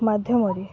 ମାଧ୍ୟମରେ